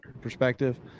perspective